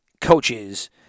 coaches